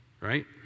right